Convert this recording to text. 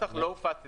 הנוסח לא הופץ אתמול,